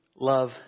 love